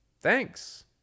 thanks